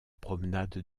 promenade